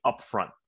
upfront